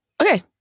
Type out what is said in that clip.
Okay